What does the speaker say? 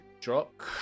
drop